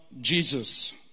Jesus